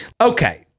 okay